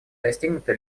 достигнуты